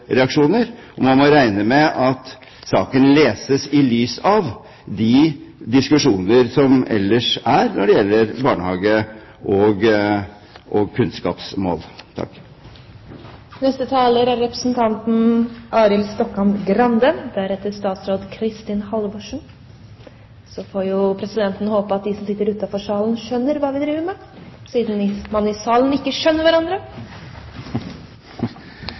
reaksjoner, og man må regne med at saken leses i lys av de diskusjoner som ellers er når det gjelder barnehage og kunnskapsmål. Presidenten håper at de som sitter utenfor salen, skjønner hva vi driver med, siden man i salen ikke skjønner hverandre.